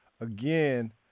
again